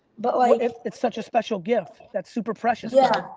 but like it's such a special gift, that's super precious yeah